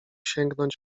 sięgnąć